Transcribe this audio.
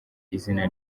izina